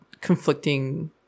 conflicting